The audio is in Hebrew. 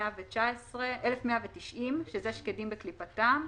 08021190, שזה שקדים בקליפתם,